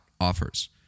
offers